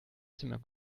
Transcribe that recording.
zimmer